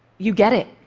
you get it.